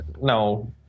no